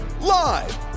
live